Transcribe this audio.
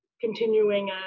continuing